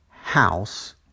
House